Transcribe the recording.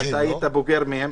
היית בוגר שלהם,